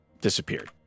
disappeared